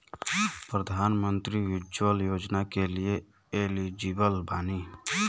प्रधानमंत्री उज्जवला योजना के लिए एलिजिबल बानी?